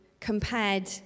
compared